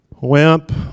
wimp